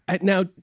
Now